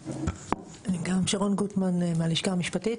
שרון גוטמן מהלשכה המשפטית.